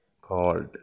called